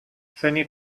fanny